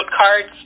cards